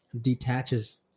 detaches